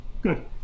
good